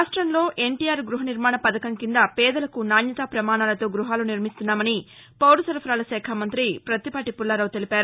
రాష్టంలో ఎన్టీఆర్ గ్బహనిర్మాణ పథకం కింద పేదలకు నాణ్యతా పమాణాలతో గ్బహాలు నిర్మిస్తున్నామని పౌరసరఫరాల శాఖ మంతి పత్తిపాటి పుల్లారావు తెలిపారు